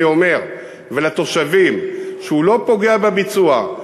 אני אומר, ולתושבים שהוא לא פוגע בביצוע,